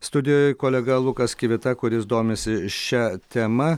studijoj kolega lukas kivita kuris domisi šia tema